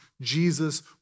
Jesus